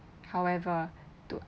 however to